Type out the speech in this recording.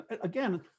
Again